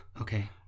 Okay